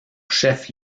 chef